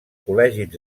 col·legis